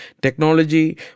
technology